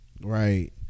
Right